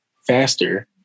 faster